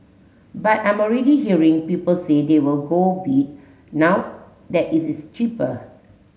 but I'm already hearing people say they will go bid now that it is cheaper